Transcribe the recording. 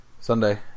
Sunday